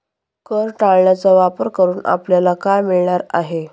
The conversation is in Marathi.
कर टाळण्याचा वापर करून आपल्याला काय मिळणार आहे?